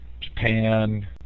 Japan